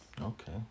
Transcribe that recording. Okay